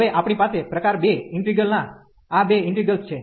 હવે આપણી પાસે પ્રકાર 2 ઇન્ટિગલ ના આ બે ઇંટીગ્રેલ્સ છે